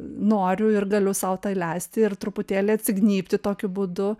noriu ir galiu sau tai leisti ir truputėlį atsignybti tokiu būdu